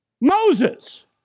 Moses